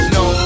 no